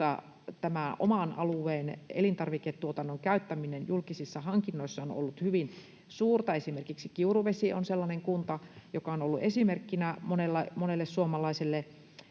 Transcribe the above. oman alueen elintarviketuotannon käyttäminen julkisissa hankinnoissa on ollut hyvin suurta. Esimerkiksi Kiuruvesi on sellainen kunta, joka on ollut esimerkkinä monelle suomalaiselle